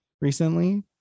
recently